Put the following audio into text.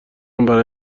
برای